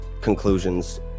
conclusions